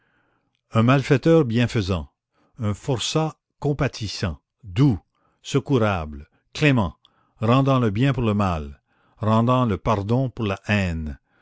un malfaiteur bienfaisant un forçat compatissant doux secourable clément rendant le bien pour le mal rendant le pardon pour la haine